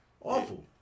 awful